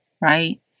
right